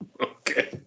Okay